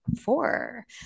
four